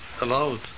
allowed